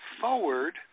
forward –